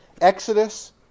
Exodus